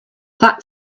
that